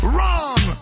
Wrong